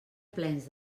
plens